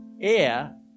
air